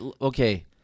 okay